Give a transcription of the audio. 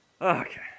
Okay